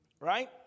Right